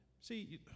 see